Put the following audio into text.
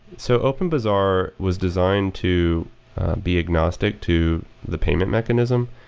so openbazaar was designed to be agnostic to the payment mechanism.